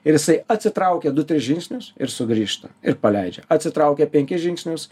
ir jisai atsitraukia du tris žingsnius ir sugrįžta ir paleidžia atsitraukia penkis žingsnius